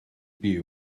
byw